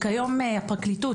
כיום הפרקליטות,